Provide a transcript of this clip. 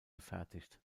gefertigt